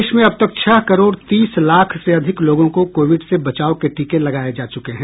देश में अब तक छह करोड़ तीस लाख से अधिक लोगों को कोविड से बचाव के टीके लगाये जा चुके हैं